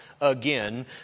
again